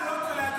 אומרת.